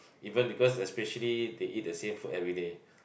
even because especially they eat the same food everyday